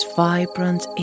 vibrant